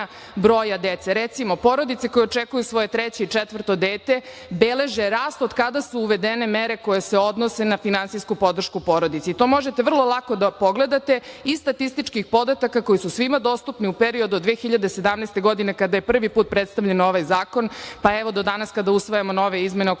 broja dece. Recimo porodice koje očekuju svoje treće, četvrto dete beleže rast od kada su uvedene mere koje se odnose na finansijsku podršku porodici. To možete vrlo lako da pogledate iz statističkih podatka koji su svima dostupni u periodu od 2017. godine kada je prvi put predstavljen ovaj zakon, pa evo do danas kada usvajamo nove izmene o kojima